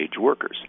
workers